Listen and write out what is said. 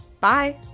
Bye